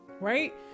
right